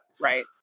right